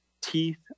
teeth